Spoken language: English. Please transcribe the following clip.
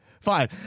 fine